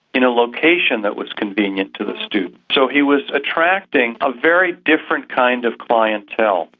in a location that was convenient to the student. so he was attracting a very different kind of clientele.